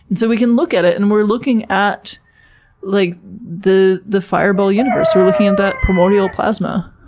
and so we can look at it and we're looking at like the the fireball universe. we're looking at that primordial plasma.